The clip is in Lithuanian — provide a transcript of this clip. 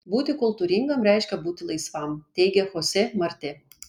būti kultūringam reiškia būti laisvam teigia chose marti